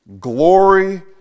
glory